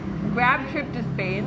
graduation trip to spain